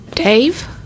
Dave